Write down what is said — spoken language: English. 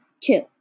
two